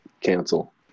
cancel